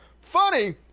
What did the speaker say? funny